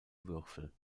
würfel